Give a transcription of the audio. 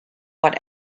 what